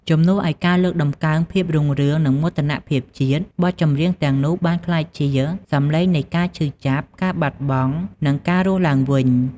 ជំនួសឱ្យការលើកតម្កើងភាពរុងរឿង និងមោទនភាពជាតិ បទចម្រៀងទាំងនោះបានក្លាយជា សំឡេងនៃការឈឺចាប់ ការបាត់បង់ និងការរស់ឡើងវិញ។